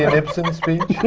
ibsen speech? no.